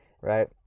right